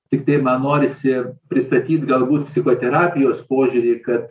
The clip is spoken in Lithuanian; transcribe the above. tiktai man norisi pristatyt galbūt psichoterapijos požiūrį kad